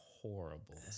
horrible